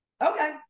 Okay